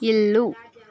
ఇల్లు